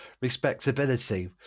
respectability